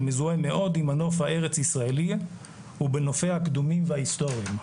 שמזוהה מאוד עם הנוף הארצישראלי ובנופיה הקדומים וההיסטוריים.